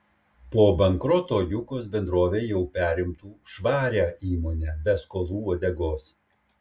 po bankroto jukos bendrovė jau perimtų švarią įmonę be skolų uodegos